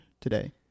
today